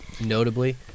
notably